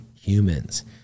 humans